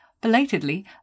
belatedly